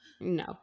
no